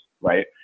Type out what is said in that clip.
right